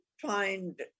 find